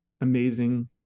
amazing